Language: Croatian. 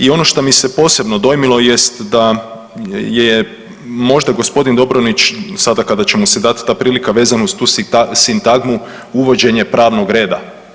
I ono što me se posebno dojmilo jest da je možda g. Dobronić sada kada će mu se dat ta prilika vezano uz tu sintagmu uvođenje pravnog reda.